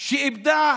שאיבדה